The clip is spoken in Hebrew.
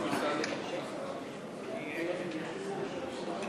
כדי שנדע על מה אנחנו, יישר כוח.